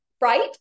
right